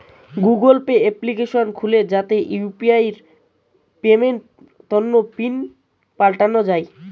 Google Pay application খুলে যাতে UPI পেমেন্টের তন্ন পিন পাল্টানো যাই